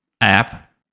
app